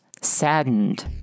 saddened